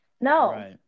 No